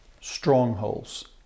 strongholds